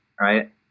right